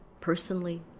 personally